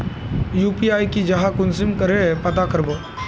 UPI की जाहा कुंसम करे पता करबो?